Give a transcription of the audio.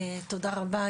תודה רבה,